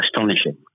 astonishing